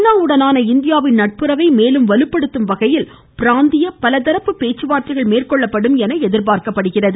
நா உடனான இந்தியாவின் நட்புறவை மேலும் வலுப்படுத்தும் வகையில் பிராந்திய மற்றும் பலதரப்பு பேச்சுவார்த்தைகள் மேற்கொள்ளப்படும் என எதிர்பார்க்கப்படுகிறது